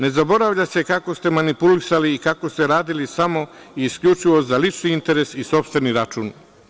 Ne zaboravlja se kako ste manipulisali i kako ste radili samo i isključivo za lični interes i sopstveni račun.